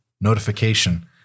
notification